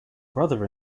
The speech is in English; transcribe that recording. brother